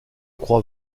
croit